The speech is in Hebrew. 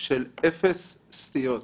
- של אפס סטיות.